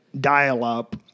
dial-up